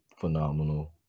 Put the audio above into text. Phenomenal